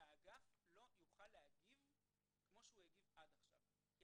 והאגף שלנו לא יוכל להגיב כמו שהוא הגיב עד עכשיו כי